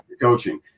coaching